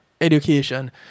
education